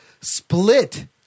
split